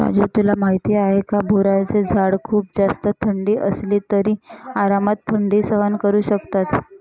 राजू तुला माहिती आहे का? बोराचे झाड खूप जास्त थंडी असली तरी आरामात थंडी सहन करू शकतात